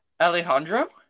alejandro